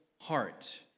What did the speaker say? heart